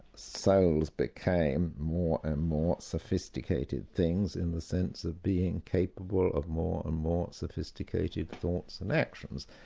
souls became more and more sophisticated things in the sense of being capable of more and more sophisticated thoughts and actions,